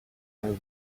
have